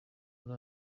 muri